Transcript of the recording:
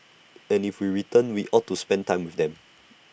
and if we return we ought to spend time with them